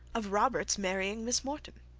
of robert's marrying miss morton.